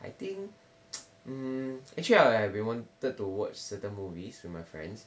I think hmm actually I Iike wanted to watch certain movies with my friends